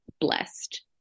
blessed